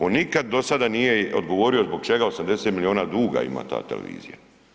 On nikad do sada nije odgovorio zbog čega 80 milijuna ima ta televizija.